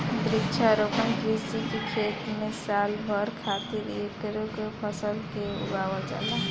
वृक्षारोपण कृषि के खेत में साल भर खातिर एकेगो फसल के उगावल जाला